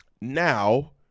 Now